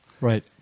Right